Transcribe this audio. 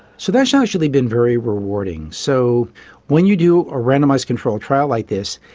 so that's actually been very rewarding. so when you do a randomised controlled trial like this,